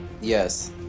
Yes